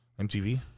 MTV